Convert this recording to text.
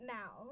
now